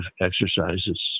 exercises